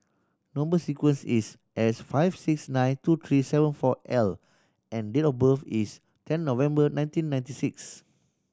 number sequence is S five six nine two three seven four L and date of birth is ten November nineteen ninety six